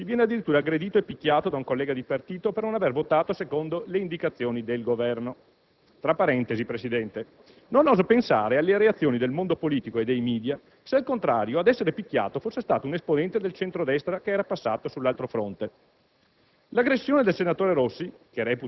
Il senatore dissidente Ferdinando Rossi viene addirittura aggredito e picchiato da un collega di partito per non aver votato secondo le indicazioni del Governo. Tra parentesi, signor Presidente, non oso pensare alle reazioni del mondo politico e dei *media* se, al contrario, ad essere picchiato fosse stato un esponente del centro-destra che era passato sull'altro fronte.